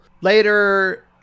Later